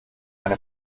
eine